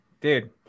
dude